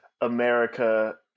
America